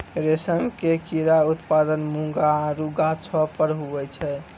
रेशम के कीड़ा उत्पादन मूंगा आरु गाछौ पर हुवै छै